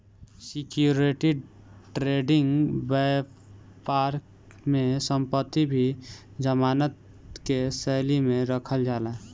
security trading बैपार में संपत्ति भी जमानत के शैली में रखल जाला